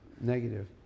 negative